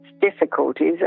difficulties